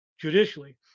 judicially